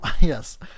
yes